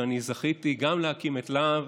אני זכיתי גם להקים את להב